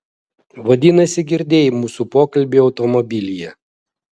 vadinasi girdėjai mūsų pokalbį automobilyje